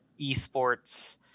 esports